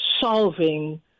solving